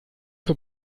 für